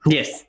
Yes